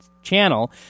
channel